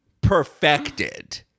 perfected